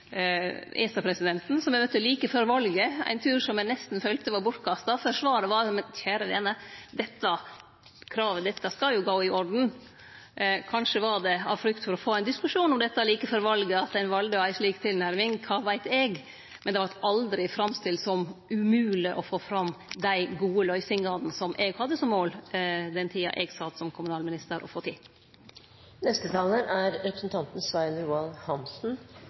eg møtte ESA-presidenten like før valet – ein tur som eg nesten følte var bortkasta, for svaret var: Men kjære vene, dette kravet skal gå i orden. Kanskje var det av frykt for å få ein diskusjon om dette like før valet at ein valde å ha ei slik tilnærming – kva veit eg – men det vart aldri framstilt som umogleg å få fram dei gode løysingane som eg hadde som mål å få til den tida eg sat som kommunalminister.